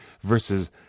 versus